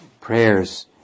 prayers